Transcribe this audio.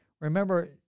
Remember